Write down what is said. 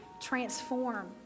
transform